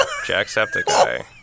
Jacksepticeye